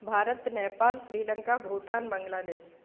भारतं नेपाल् श्रीलङ्का भूटान् बङ्लादेशः